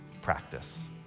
practice